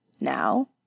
Now